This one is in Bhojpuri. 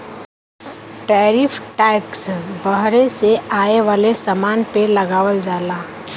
टैरिफ टैक्स बहरे से आये वाले समान पे लगावल जाला